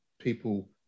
people